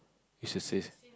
it's the same